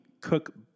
cook